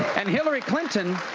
and hillary clinton,